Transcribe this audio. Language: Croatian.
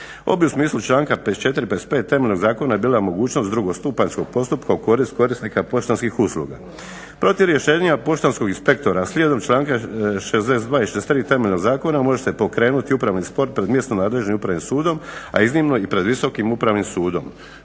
u smislu članka 54., 55. temeljnog zakona je bila mogućnost drugostupanjskog postupka u korist korisnika poštanskih usluga. Protiv rješenja poštanskog inspektora a slijedom članka 62. i 63. temeljnog zakona može se pokrenuti upravni spor pred mjesno nadležnim upravnim sudom a iznimno i pred Visokim upravnim sudom.